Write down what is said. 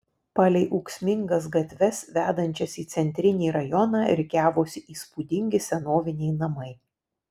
palei ūksmingas gatves vedančias į centrinį rajoną rikiavosi įspūdingi senoviniai namai